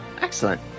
Excellent